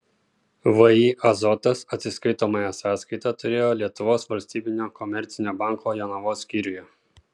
vį azotas atsiskaitomąją sąskaitą turėjo lietuvos valstybinio komercinio banko jonavos skyriuje